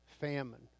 famine